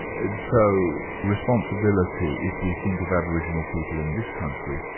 and so responsibility, if we think of aboriginal people in this country,